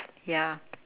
ya